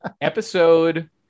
episode